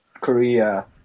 Korea